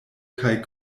kaj